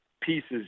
pieces